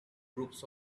groups